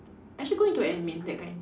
actually go into admin that kind